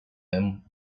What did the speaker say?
them